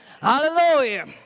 Hallelujah